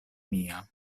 mia